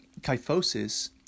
kyphosis